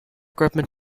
gripping